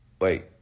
Wait